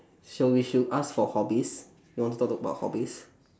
so we should ask for hobbies you want to talk about hobbies